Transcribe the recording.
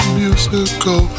musical